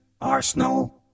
Arsenal